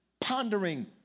pondering